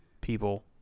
people